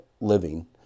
living